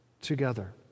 together